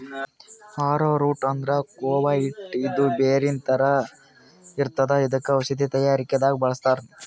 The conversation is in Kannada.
ಆರೊ ರೂಟ್ ಅಂದ್ರ ಕೂವ ಹಿಟ್ಟ್ ಇದು ಬೇರಿನ್ ಥರ ಇರ್ತದ್ ಇದಕ್ಕ್ ಔಷಧಿ ತಯಾರಿಕೆ ದಾಗ್ ಬಳಸ್ತಾರ್